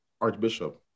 Archbishop